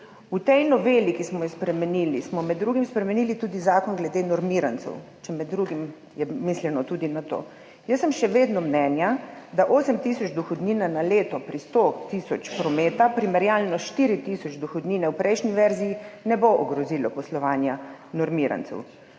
V tej noveli, ki smo jo spremenili, smo med drugim spremenili tudi zakon glede normirancev, če je med drugim mišljeno tudi to. Jaz sem še vedno mnenja, da osem tisoč dohodnine na leto pri 100 tisoč prometa primerjalno s štiri tisoč dohodnine v prejšnji verziji ne bo ogrozilo poslovanja normirancev.